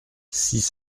six